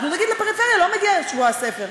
אנחנו נגיד: לפריפריה לא מגיע שבוע הספר.